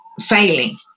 failing